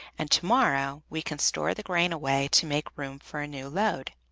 and to-morrow we can store the grain away to make room for a new load.